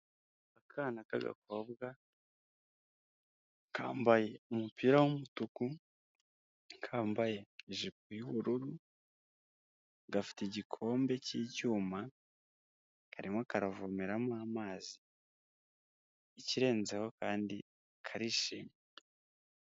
Akana k'agakobwa kambaye umupira w’umutuku, kambaye ijipo y’ubururu gafite igikombe cy'icyuma karimo karavomeramo amazi ikirenzeho kandi karishimye.